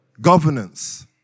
governance